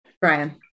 Brian